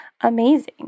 amazing